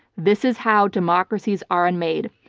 this is how democracies are unmade.